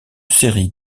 série